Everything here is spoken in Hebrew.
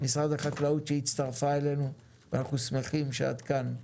משרד החקלאות שהצטרפה אלינו ואנחנו שמחים שאת כאן.